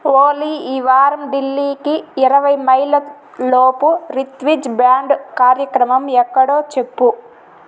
ఓలీ ఈ వారం ఢిల్లీకి ఇరవై మైళ్ళ లోపు రిత్విజ్ బ్యాండ్ కార్యక్రమం ఎక్కడో చెప్పు